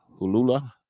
Hulula